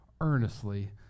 earnestly